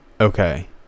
Okay